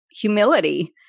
humility